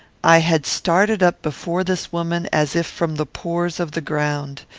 i had started up before this woman as if from the pores of the ground.